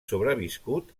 sobreviscut